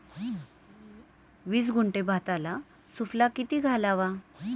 वीस गुंठे भाताला सुफला किती घालावा?